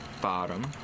Bottom